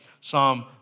Psalm